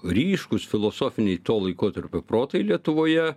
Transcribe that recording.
ryškūs filosofiniai to laikotarpio protai lietuvoje